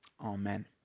Amen